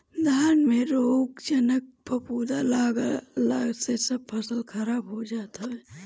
धान में रोगजनक फफूंद लागला से सब फसल खराब हो जात हवे